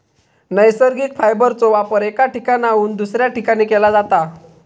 नैसर्गिक फायबरचो वापर एका ठिकाणाहून दुसऱ्या ठिकाणी केला जाता